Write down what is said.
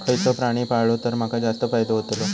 खयचो प्राणी पाळलो तर माका जास्त फायदो होतोलो?